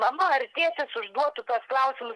mama ar tėtis užduotų tuos klausimus